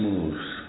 Moves